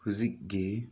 ꯍꯧꯖꯤꯛꯀꯤ